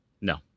No